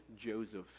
Joseph